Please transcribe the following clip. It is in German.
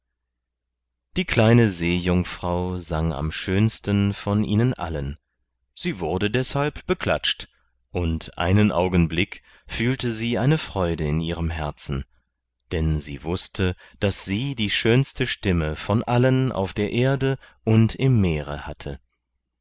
die kleine seejungfrau sang am schönsten von ihnen allen sie wurde deshalb beklatscht und einen augenblick fühlte sie eine freude in ihrem herzen denn sie wußte daß sie die schönste stimme von allen auf der erde und im meere hatte